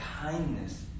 kindness